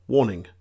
Warning